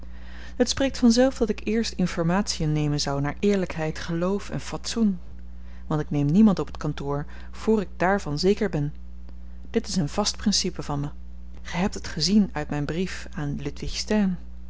het spreekt vanzelf dat ik eerst informatiën nemen zou naar eerlykheid geloof en fatsoen want ik neem niemand op t kantoor voor ik dààrvan zeker ben dit is een vast principe van me gy hebt het gezien uit myn brief aan ludwig stern